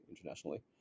internationally